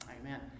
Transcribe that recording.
Amen